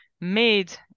made